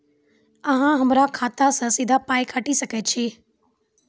अहॉ हमरा खाता सअ सीधा पाय काटि सकैत छी?